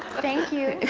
thank you.